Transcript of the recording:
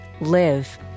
live